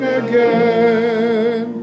again